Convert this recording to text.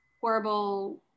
horrible